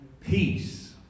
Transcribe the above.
peace